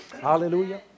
Hallelujah